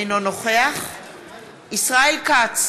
אינו נוכח ישראל כץ,